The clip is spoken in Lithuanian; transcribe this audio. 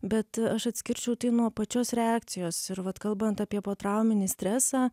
bet aš atskirčiau tai nuo pačios reakcijos ir vat kalbant apie potrauminį stresą